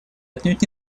отнюдь